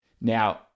Now